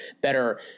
better